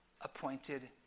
appointed